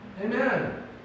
Amen